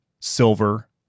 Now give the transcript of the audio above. silver